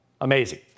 Amazing